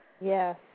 Yes